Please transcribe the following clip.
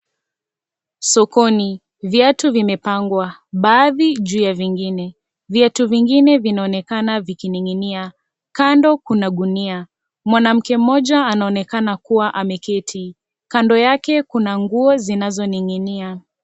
Sokoni, viatu vimepangwa, baadhi juu ya vingine. Viatu vingine vinaonekana vikining'inia. Kando, kuna gunia. Mwanamke mmoja, anaonekana kuwa ameketi. Kando yake, kuna nguo zinazoning'inia.